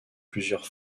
plusieurs